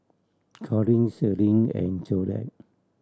Corine Celine and Jolette